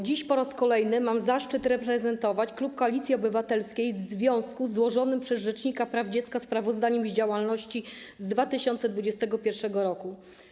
Dziś po raz kolejny mam zaszczyt reprezentować klub Koalicji Obywatelskiej w związku ze złożonym przez rzecznika praw dziecka sprawozdaniem z działalności z 2021 r.